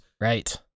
Right